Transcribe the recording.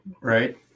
right